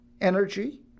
energy